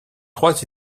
trois